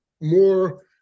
more